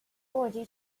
already